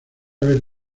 haber